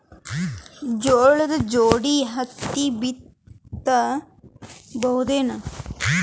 ಜೋಳದ ಜೋಡಿ ಹತ್ತಿ ಬಿತ್ತ ಬಹುದೇನು?